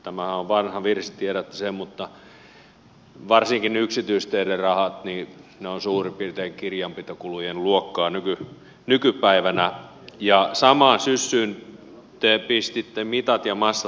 tämähän on vanha virsi tiedätte sen mutta varsinkin yksityisteiden rahat ovat suurin piirtein kirjanpitokulujen luokkaa nykypäivänä ja samaan syssyyn te pistitte mitat ja massat liikkeelle